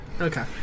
Okay